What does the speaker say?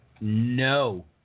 No